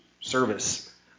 service